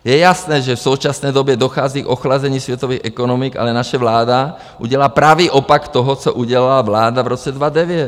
Je jasné, že v současné době dochází k ochlazení světových ekonomik, ale naše vláda udělá pravý opak toho, co udělala vláda v roce 2009.